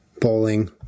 Bowling